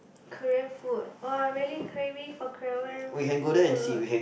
Korean food !wah! I really craving for Korean food